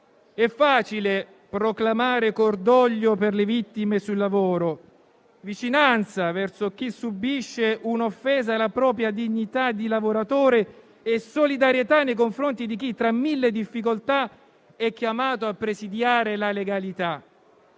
È facile proclamare cordoglio per le vittime sul lavoro, vicinanza verso chi subisce un'offesa alla propria dignità di lavoratore e solidarietà nei confronti di chi tra mille difficoltà è chiamato a presidiare la legalità.